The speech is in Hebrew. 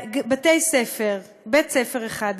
בית-ספר אחד,